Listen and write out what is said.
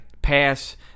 Pass